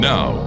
Now